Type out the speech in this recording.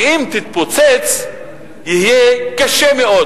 שאם תתפוצץ יהיה קשה מאוד.